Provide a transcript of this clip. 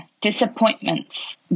disappointments